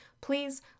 please